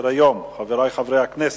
חברי חברי הכנסת,